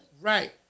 Right